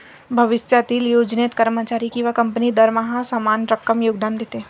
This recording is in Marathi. भविष्यातील योजनेत, कर्मचारी किंवा कंपनी दरमहा समान रक्कम योगदान देते